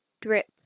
Drip